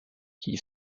qui